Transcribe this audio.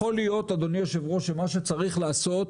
יכול להיות אדוני היו"ר שמה שצריך לעשות,